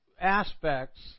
aspects